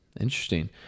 Interesting